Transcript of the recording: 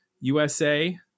USA